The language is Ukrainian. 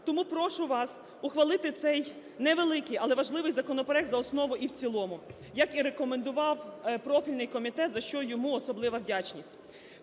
Тому прошу вас ухвалити цей невеликий, але важливий законопроект за основу і в цілому, як і рекомендував профільний комітет, за що йому особлива вдячність.